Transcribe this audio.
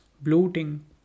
bloating